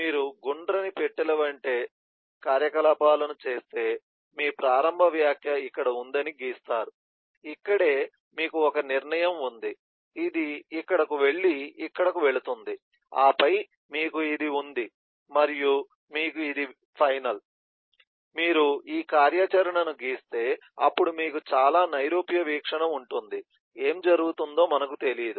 మీరు గుండ్రని పెట్టెలు వంటి కార్యకలాపాలను చేస్తే మీ ప్రారంభ వ్యాఖ్య ఇక్కడ ఉందని గీస్తారు ఇక్కడే మీకు ఒక నిర్ణయం ఉంది ఇది ఇక్కడకు వెళ్లి ఇక్కడకు వెళుతుంది ఆపై మీకు ఇది ఉంది మరియు మీకు ఇది ఫైనల్ మీరు ఈ కార్యాచరణను గీస్తే అప్పుడు మీకు చాలా నైరూప్య వీక్షణ ఉంటుంది ఏమి జరుగుతుందో మనకు తెలియదు